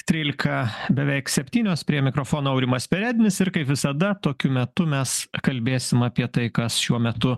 trylika beveik septynios prie mikrofono aurimas perednis ir kaip visada tokiu metu mes kalbėsim apie tai kas šiuo metu